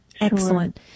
Excellent